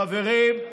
חברים,